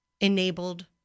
enabled